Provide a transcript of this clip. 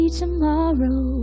tomorrow